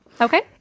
Okay